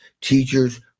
teachers